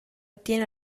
attiene